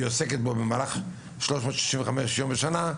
והיא עוסקת בו במהלך 365 יום בשנה.